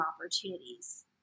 opportunities